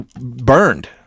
burned